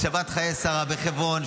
בשבת חיי שרה בחברון,